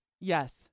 Yes